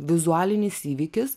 vizualinis įvykis